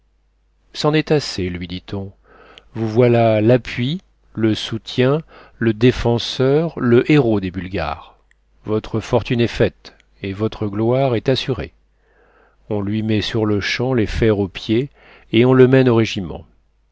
c'en est assez lui dit-on vous voilà l'appui le soutien le défenseur le héros des bulgares votre fortune est faite et votre gloire est assurée on lui met sur-le-champ les fers aux pieds et on le mène au régiment